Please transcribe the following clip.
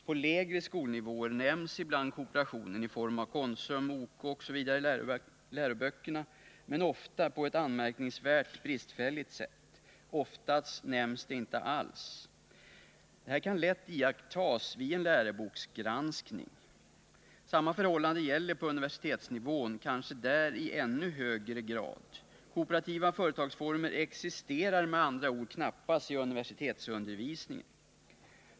På lägre skolnivåer nämns ibland kooperationen i form av Konsum, OK osv. i läroböckerna, men ofta sker det på ett anmärkningsvärt bristfälligt sätt. Oftast nämns kooperationen inte alls. Detta kan lätt iakttas vid en läroboksgranskning. Samma förhållande gäller på universitetsnivå, där kanske i ännu högre grad. Kooperativa företagsformer existerar med andra ord knappast i universitetsundervisningen.